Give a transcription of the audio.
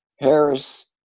Harris